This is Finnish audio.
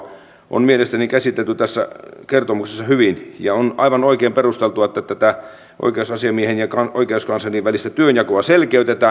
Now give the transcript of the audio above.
se on mielestäni käsitelty tässä kertomuksessa hyvin ja on aivan oikein perusteltua että tätä oikeusasiamiehen ja oikeuskanslerin välistä työnjakoa selkeytetään